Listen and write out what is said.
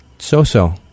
So-so